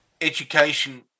Education